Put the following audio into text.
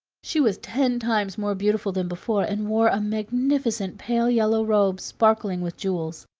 she was ten times more beautiful than before, and wore a magnificent pale yellow robe, sparkling with jewels.